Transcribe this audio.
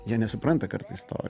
jie nesupranta kartais to